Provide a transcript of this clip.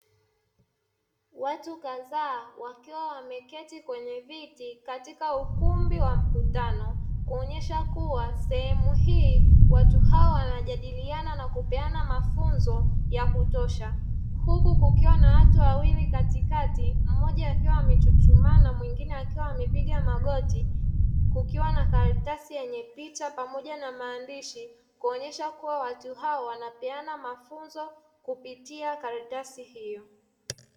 Watu kadhaa wakiwa wameketi kwenye viti katika ukumbi wa mkutano kuonyesha kuwa sehemu hii watu hawa wanajadiliana na kupeana mafunzo ya kutosha huku kukiwa na watu wawili katikati, mmoja akiwa amechuchumaa na mwingine akiwa amepiga magoti kukiwa na karatasi yenye pita pamoja na maandishi kuonyesha kuwa watu hao wanapeana mafunzo kupitia karatasi hiyo.